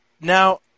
Now